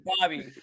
bobby